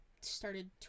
started